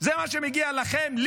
זה מה שמגיע לכם?